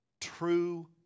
true